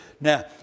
Now